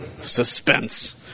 Suspense